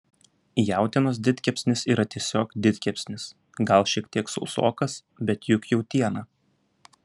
jautienos didkepsnis yra tiesiog didkepsnis gal šiek tiek sausokas bet juk jautiena